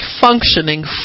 functioning